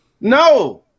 No